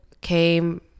came